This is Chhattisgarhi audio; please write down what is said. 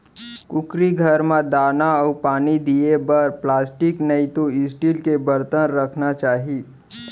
कुकरी घर म दाना अउ पानी दिये बर प्लास्टिक नइतो स्टील के बरतन राखना चाही